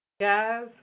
Guys